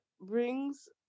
brings